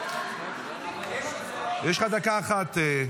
יש לך דקה אחת.